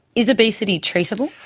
is obesity treatable?